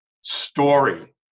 story